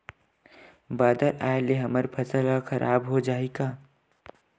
बादर आय ले हमर फसल ह खराब हो जाहि का?